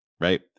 right